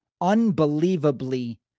unbelievably